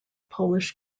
polish